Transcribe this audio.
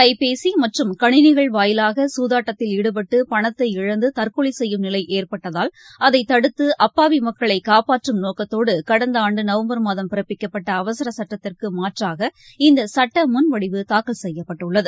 கைப்பேசிமற்றம் கணினிகள் வாயிலாககுதாட்டத்தில் ஈடுபட்டு பணத்தை இழந்துதற்கொலைசெய்யும் நிலைஏற்பட்டதால் அதைதடுத்துஅப்பாவிமக்களைகாப்பாற்றும் நோக்கத்தோடுகடந்தஆண்டுநவம்பர் மாதம் பிறப்பிக்கப்பட்டஅவசரசட்டத்திற்குமாற்றாக இந்தசட்டமுள் வடிவு தாக்கல் செய்யப்பட்டுள்ளது